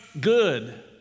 good